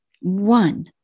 One